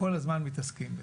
כל הזמן מתעסקים בזה.